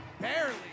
barely